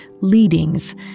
leadings